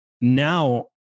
Now